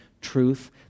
truth